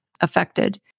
affected